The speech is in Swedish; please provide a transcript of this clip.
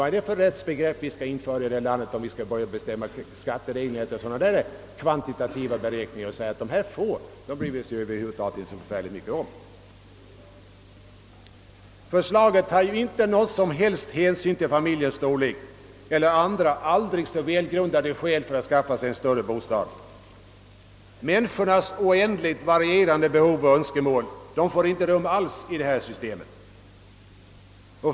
Vad är det för rättsbegrepp man förförsöker införa när man vill att skattereglerna skall utformas efter ett kvantitetsresonemang, där man inte bryr sig om fåtalet? Förslaget tar ju inte den ringaste hänsyn till familjens storlek eller andra aldrig så väl grundade skäl för att skaffa sig en större bostad. Människornas oändligt varierande behov och önskemål får inte något utrymme i detta system.